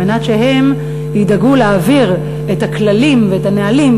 על מנת שהם ידאגו להעביר את הכללים ואת הנהלים.